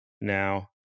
now